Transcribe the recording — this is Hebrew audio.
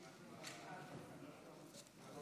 "אני מאמין